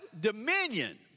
dominion